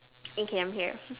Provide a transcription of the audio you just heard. eh K I am here